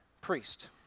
priest